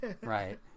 Right